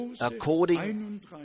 according